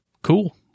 Cool